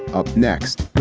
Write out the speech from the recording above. up next